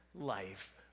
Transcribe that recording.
life